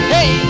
Hey